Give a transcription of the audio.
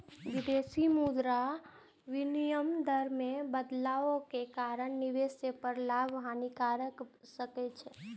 विदेशी मुद्रा विनिमय दर मे बदलाव के कारण निवेश पर लाभ, हानि भए सकै छै